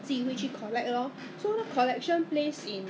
同一个 brand 新加坡又开我走过不知道在